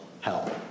help